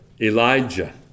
Elijah